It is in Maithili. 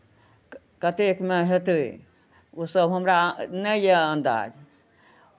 कत्तेकमे हेतै ओसभ हमरा नहि यए अन्दाज